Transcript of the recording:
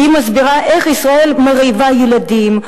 היא מסבירה איך ישראל מרעיבה ילדים,